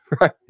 Right